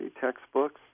textbooks